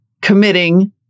committing